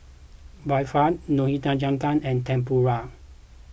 Barfi Nikujaga and Tempura